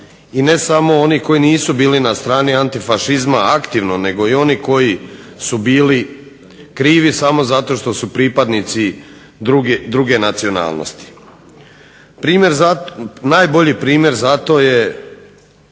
i ne samo oni koji nisu bili na strani antifašizma aktivno nego i oni koji su bili krivi samo zato što su pripadnici druge nacionalnosti. Najbolji primjer za to je